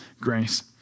grace